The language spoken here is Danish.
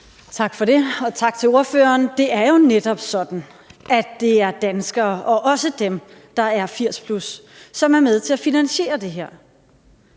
Tak for det, og tak til ordføreren. Det er jo netop sådan, at det er danskere og også dem, der er 80+, som er med til at finansiere det her.